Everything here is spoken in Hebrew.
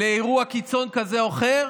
אירוע קיצון כזה או אחר,